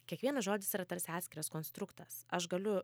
kiekvienas žodis yra tarsi atskiras konstruktas aš galiu